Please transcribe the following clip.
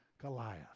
Goliath